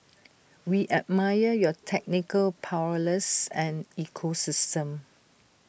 we admire your technical prowess and ecosystem